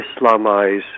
islamize